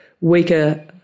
weaker